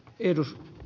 edu s